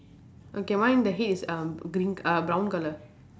okay mine the head is um green uh brown colour